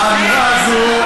האמירה הזאת,